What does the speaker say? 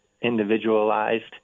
individualized